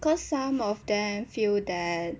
cause some of them feel that